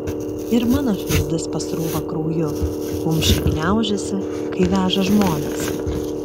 ir mano širdis pasrūva krauju kumščiai gniaužiasi kai veža žmones